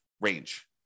range